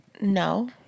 No